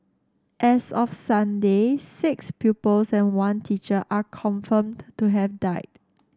as of Sunday six pupils and one teacher are confirmed to have died